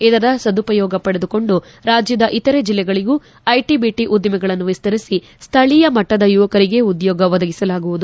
ಇದರ ಸದುಪಯೋಗ ಪಡಿಸಿಡಿಕೊಂಡು ರಾಜ್ಯದ ಇತರೇ ಜಿಲ್ಲೆಗಳಿಗೂ ಐಟಿದಿಟಿ ಉದ್ದಿಮೆಗಳನ್ನು ವಿಸ್ತರಿಸಿ ಸ್ಥಳೀಯ ಮಟ್ಟದ ಯುವಕರಿಗೆ ಉದ್ಯೋಗ ಒದಗಿಸಲಾಗುವುದು